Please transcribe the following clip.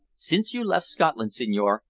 since you left scotland, signore,